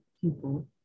people